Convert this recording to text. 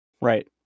right